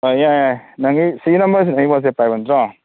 ꯑꯥ ꯌꯥꯏ ꯌꯥꯏ ꯅꯪꯒꯤ ꯁꯤꯒꯤ ꯅꯝꯕꯔꯁꯤꯗ ꯅꯪꯒꯤ ꯋꯥꯆꯞ ꯄꯥꯏꯕ ꯅꯠꯇ꯭ꯔꯣ